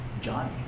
johnny